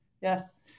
yes